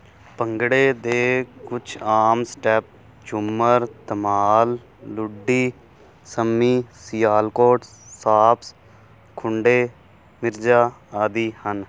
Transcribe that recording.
ਭੰਗੜੇ ਦੇ ਕੁਛ ਆਮ ਸਟੈਪ ਝੂਮਰ ਧਮਾਲ ਲੁੱਡੀ ਸੰਮੀ ਸਿਆਲਕੋਟ ਸਾਪਸ ਖੁੰਡੇ ਮਿਰਜ਼ਾ ਆਦਿ ਹਨ